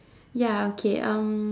ya okay um